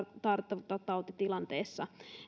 tartuntatautitilanteissa